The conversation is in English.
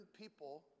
people